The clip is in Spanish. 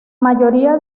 mayoría